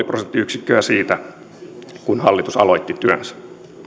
prosenttiyksikköä siitä kun hallitus aloitti työnsä